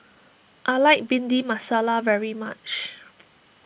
I like Bhindi Masala very much